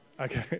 Okay